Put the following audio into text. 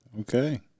okay